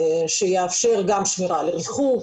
שיאפשר גם שמירה על ריחוק,